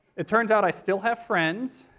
it turns out i still have friends,